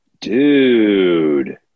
Dude